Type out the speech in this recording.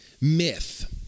myth